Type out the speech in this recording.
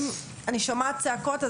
אם אני שומעת צעקות,